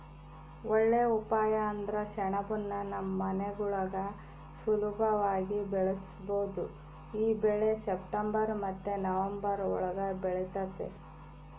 ಒಳ್ಳೇ ಉಪಾಯ ಅಂದ್ರ ಸೆಣಬುನ್ನ ನಮ್ ಮನೆಗುಳಾಗ ಸುಲುಭವಾಗಿ ಬೆಳುಸ್ಬೋದು ಈ ಬೆಳೆ ಸೆಪ್ಟೆಂಬರ್ ಮತ್ತೆ ನವಂಬರ್ ಒಳುಗ ಬೆಳಿತತೆ